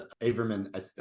Averman